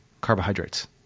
carbohydrates